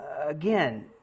Again